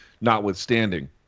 notwithstanding